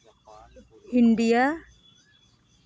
India